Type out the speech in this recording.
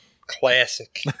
Classic